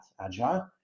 agile